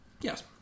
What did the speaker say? yes